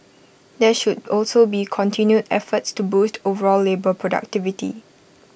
there should also be continued efforts to boost overall labour productivity